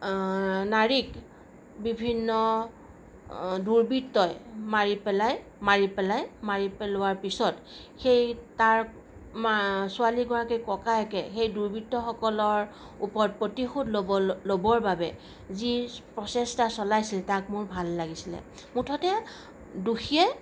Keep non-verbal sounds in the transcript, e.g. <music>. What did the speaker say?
নাৰীক বিভিন্ন দুৰ্বৃত্তই মাৰি পেলাই মাৰি পেলাই মাৰি পেলোৱাৰ পিছত সেই তাৰ <unintelligible> ছোৱালীগৰাকীৰ ককায়েকে সেই দুৰ্বৃত্তসকলৰ ওপৰত প্ৰতিশোধ ল'বলৈ ল'বৰ বাবে যি প্ৰচেষ্টা চলাইছিল তাক নোৰ ভাল লাগিছিলে মুঠতে দোষীয়ে